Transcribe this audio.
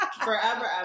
Forever